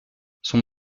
sont